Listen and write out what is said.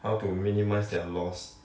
how to minimise their loss